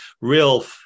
real